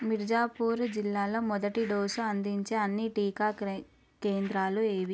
మీర్జాపూర్ జిల్లాలో మొదటి డోసు అందించే అన్ని టీకా కేంద్రాలు ఏవి